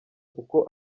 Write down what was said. kuko